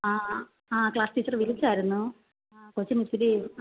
ആ ആ class teacher വിളിച്ചായിരുന്നു ആ കൊച്ചിന് ഇച്ചിരി